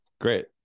great